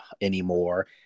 anymore